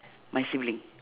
my sibling